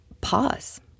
pause